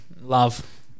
love